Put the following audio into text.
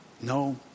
No